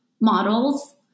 models